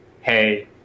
hey